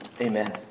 Amen